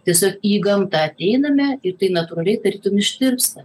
tiesiog į gamtą ateiname ir tai natūraliai tarytum ištirpsta